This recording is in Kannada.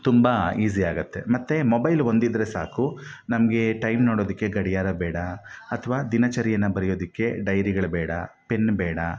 ತುಂಬ ಈಸಿ ಆಗುತ್ತೆ ಮತ್ತೆ ಮೊಬೈಲ್ ಒಂದಿದ್ದರೆ ಸಾಕು ನಮಗೆ ಟೈಮ್ ನೋಡೋದಕ್ಕೆ ಗಡಿಯಾರ ಬೇಡ ಅಥ್ವಾ ದಿನಚರಿಯನ್ನು ಬರೆಯೋದಕ್ಕೆ ಡೈರಿಗಳು ಬೇಡ ಪೆನ್ ಬೇಡ